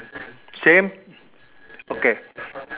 same okay